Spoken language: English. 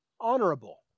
Honorable